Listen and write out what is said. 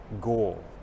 goal